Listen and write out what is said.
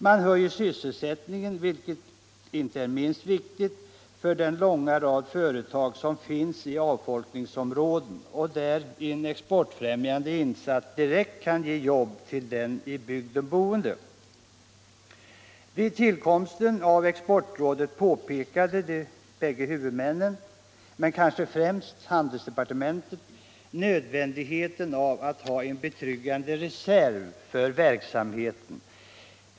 Man höjer sysselsättningen, vilket inte är minst viktigt för den långa rad företag som finns i avfolkningsområden, där en exportfrämjande insats direkt kan ge jobb till i bygden boende. Vid tillkomsten av Exportrådet pekade de båda huvudmännen, men kanske främst handelsdepartementet, på nödvändigheten av att ha en betryggande reserv för verksamheten.